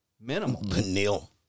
minimal